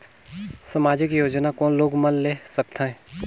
समाजिक योजना कोन लोग मन ले सकथे?